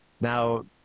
Now